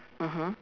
mmhmm